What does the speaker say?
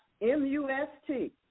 M-U-S-T